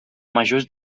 majors